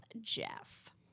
Jeff